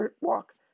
walk